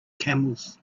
camels